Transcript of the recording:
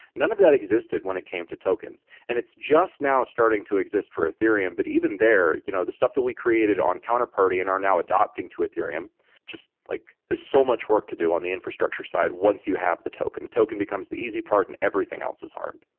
none of that existed when it came to tokens and it's just now starting to exist for ethereum, but even there, you know the stuff that we created on counterparty and are now adopting to ethereum just like there's so much work to do on the infrastructure side once you have the token. the token becomes the easy part and everything else is hard.